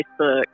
Facebook